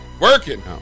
Working